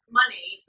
money